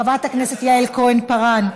חברת הכנסת יעל כהן-פארן,